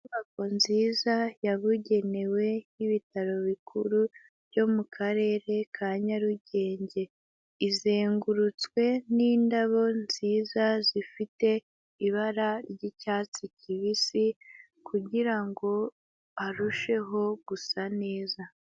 Inyubako nziza yabugenewe y'ibitaro bikuru byo mu karere ka Nyarugenge, izengurutswe n'indabo nziza zifite ibara ry'icyatsi kibisi kugira ngo harusheho gusa neza.